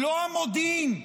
לא המודיעין,